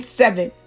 seven